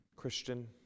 Christian